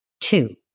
Two